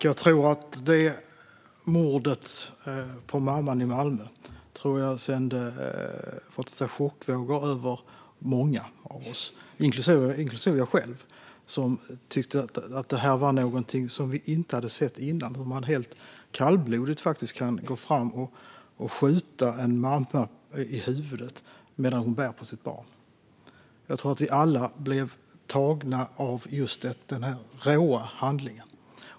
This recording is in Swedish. Fru talman! Jag tror att mordet på mamman i Malmö sände chockvågor genom många av oss, inklusive mig själv, som tyckte att detta var något vi inte hade sett tidigare - hur man helt kallblodigt kan gå fram och skjuta en mamma i huvudet medan hon bär på sitt barn. Jag tror att vi alla blev tagna av denna råa handling.